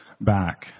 back